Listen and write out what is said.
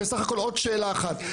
בסך הכול עוד שאלה אחת.